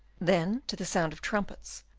then, to the sound of trumpets,